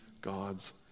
God's